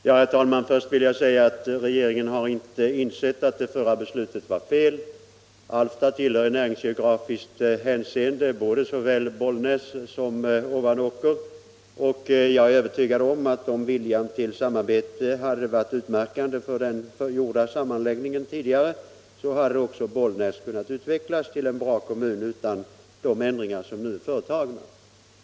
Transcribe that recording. Herr talman! Först vill jag säga att regeringen inte ansett att det förra beslutet var fel. Alfta tillhör i näringsgeografiskt hänseende såväl Bollnäs som Ovanåker. Jag är säker på att om viljan till samarbete varit utmärkande för den tidigare gjorda sammanläggningen hade också Bollnäs kommun kunnat utvecklas till en bra kommun utan de ändringar som nu företagits.